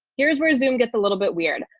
here's where zoom gets a little bit weird.